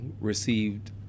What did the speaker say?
received